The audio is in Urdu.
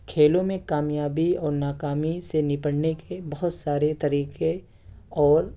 کھیلوں میں کامیابی اور ناکامی سے نپٹنے کے بہت سارے طریقے اور